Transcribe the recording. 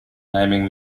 naming